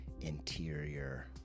interior